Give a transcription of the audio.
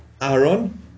Aaron